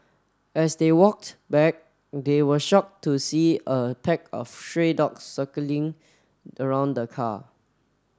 as they walked back they were shocked to see a pack of stray dogs circling around the car